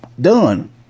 done